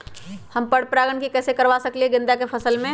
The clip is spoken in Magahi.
हम पर पारगन कैसे करवा सकली ह गेंदा के फसल में?